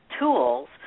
tools